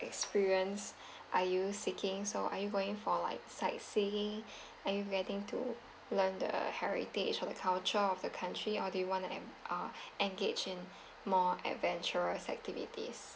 experience are you seeking so are you going for like sightseeing are you getting to learn the heritage or the culture of the country or do you want to en~ uh engage in more adventurous activities